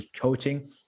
coaching